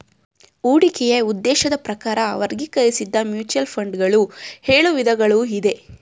ಹೂಡಿಕೆಯ ಉದ್ದೇಶದ ಪ್ರಕಾರ ವರ್ಗೀಕರಿಸಿದ್ದ ಮ್ಯೂಚುವಲ್ ಫಂಡ್ ಗಳು ಎಳು ವಿಧಗಳು ಇದೆ